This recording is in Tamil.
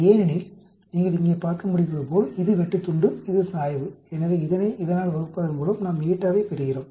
ஏனெனில் நீங்கள் இங்கே பார்க்க முடிவதுபோல் இது வெட்டுத்துண்டு இது சாய்வு எனவே இதனை இதனால் வகுப்பதன் மூலம் நாம் η வைப் பெறுகிறோம்